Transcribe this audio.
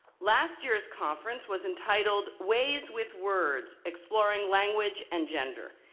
last year's conference was entitled ways with words, exploring language and gender.